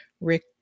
rick